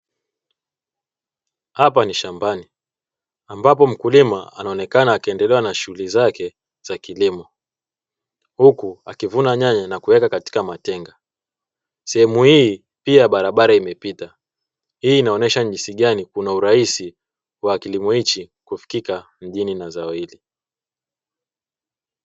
Hapa ni shambani, ambapo mkulima anaonekana akiendelea na shughuli zake za kilimo huku akivuna nyanya na kuweka katika matenga. Sehemu hii pia barabara imepita, hii inaonyesha ni jinsi gani kuna urahisi wa kilimo hiki kufikika mjini na zao hili.